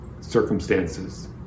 circumstances